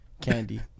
candy